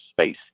space